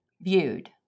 viewed